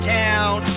town